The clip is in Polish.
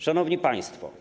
Szanowni Państwo!